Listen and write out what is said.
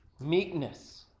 meekness